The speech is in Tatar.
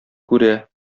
күрә